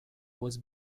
was